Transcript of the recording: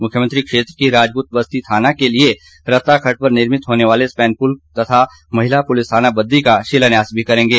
मुख्यमंत्री क्षेत्र की राजपूत बस्ती थाना के लिए रत्ता खड्ड पर निर्मित होने वाले स्पैन पुल तथा महिला पुलिस थाना बद्दी का शिलान्यास भी करेंगे